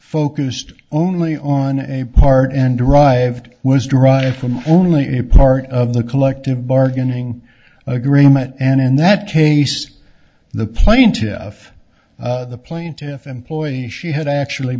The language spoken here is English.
focused only on a part in derived was derived from only a part of the collective bargaining agreement and in that case the plaintiffs the plaintiff employee she had actually